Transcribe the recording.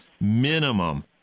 minimum